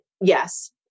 yes